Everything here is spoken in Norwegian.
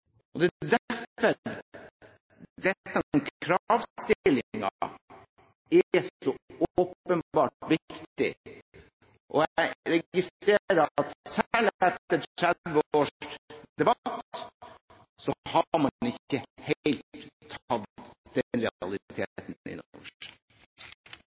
Det er derfor dette med å stille krav er så åpenbart viktig. Jeg registrerer at selv etter 30 års debatt har man ikke helt